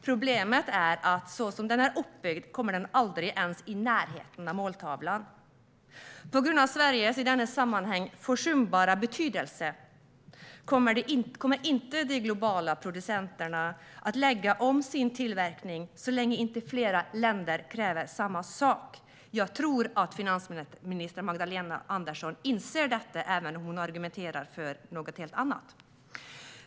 Problemet är att så som den är uppbyggd kommer den aldrig ens i närheten av måltavlan. På grund av Sveriges i detta sammanhang försumbara betydelse kommer inte de globala producenterna att lägga om sin tillverkning så länge inte flera länder kräver samma sak. Jag tror att finansminister Magdalena Andersson inser detta även om hon argumenterar för något helt annat.